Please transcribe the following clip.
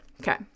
Okay